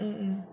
mm